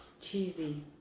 Cheesy